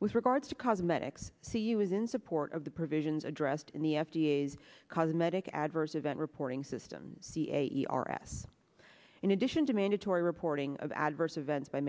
with regards to cosmetics c u is in support of the provisions addressed in the f d a is cosmetic adverse event reporting system ca ers in addition to mandatory reporting of adverse events by